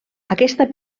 aquesta